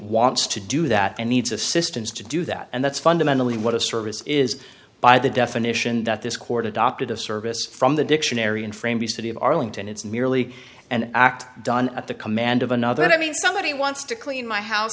wants to do that and needs assistance to do that and that's fundamentally what a service is by the definition that this court adopted of service from the dictionary and frame the city of arlington it's merely an act done at the command of another and i mean somebody wants to clean my house